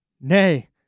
nay